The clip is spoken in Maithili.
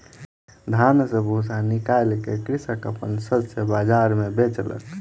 धान सॅ भूस्सा निकाइल के कृषक अपन शस्य बाजार मे बेचलक